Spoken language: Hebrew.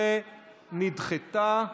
13 נדחתה.